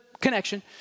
connection